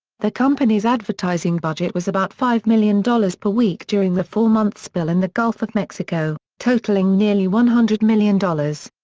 the company's advertising budget was about five million dollars per week during the four-month spill in the gulf of mexico, totaling nearly one hundred million dollars.